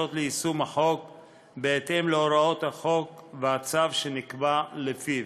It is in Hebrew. ליישום החוק בהתאם להוראות החוק והצו שנקבע לפיו.